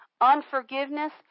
unforgiveness